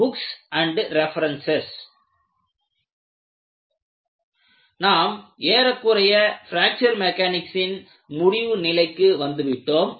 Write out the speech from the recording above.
books and references நாம் ஏறக்குறைய fracture மெக்கானிக்ஸின் முடிவு நிலைக்கு வந்து விட்டோம்